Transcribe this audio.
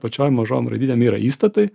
apačioj mažom raidytėm yra įstatai